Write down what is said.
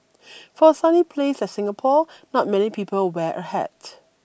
for a sunny place like Singapore not many people wear a hat